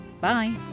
Bye